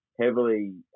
heavily